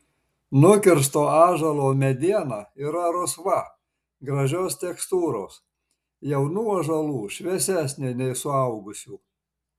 nukirsto ąžuolo mediena yra rusva gražios tekstūros jaunų ąžuolų šviesesnė nei suaugusių